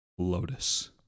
Lotus